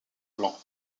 blancs